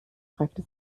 fragte